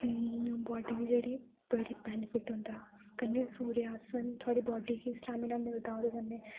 body जेह्ड़ी बड़ा benefit होंदा कन्नै सूर्या आसन थुआढ़ी बॉडी गी स्टैमिना मिलदा ओह्दे कन्नै